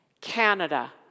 Canada